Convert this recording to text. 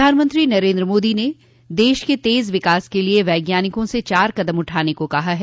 प्रधानमंत्री नरेन्द्र मोदी ने देश के तेज विकास के लिए वैज्ञानिकों से चार कदम उठाने को कहा है